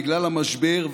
בגלל המשבר,